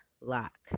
lock